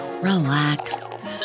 relax